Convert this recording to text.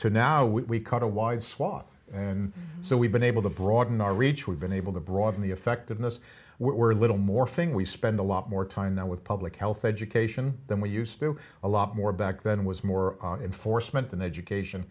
to now we cut a wide swath and so we've been able to broaden our reach we've been able to broaden the effectiveness we're a little more thing we spend a lot more time now with public health education than we used to a lot more back then was more in force meant in education